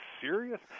serious